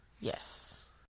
yes